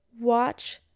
watch